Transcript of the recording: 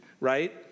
right